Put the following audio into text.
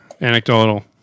anecdotal